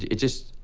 it just.